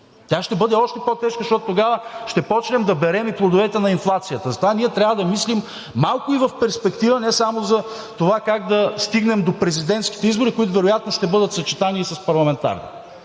Тя ще бъде още по-тежка, защото тогава ще започнем да берем и плодовете на инфлацията. Затова ние трябва да мислим малко и в перспектива, не само за това как да стигнем до президентските избори, които вероятно ще бъдат съчетани и с парламентарните.